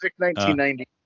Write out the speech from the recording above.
1990